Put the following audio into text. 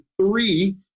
three